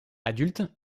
adulte